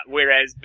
Whereas